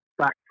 back